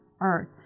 earth